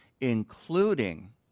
including